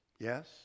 Yes